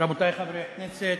רבותי חברי הכנסת,